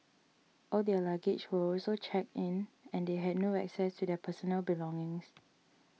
all their luggage were also checked in and they had no access to their personal belongings